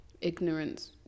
Ignorance